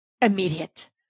immediate